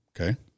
Okay